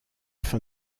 fin